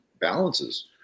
balances